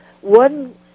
one